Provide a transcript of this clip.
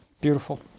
Beautiful